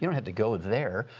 don't have to go there.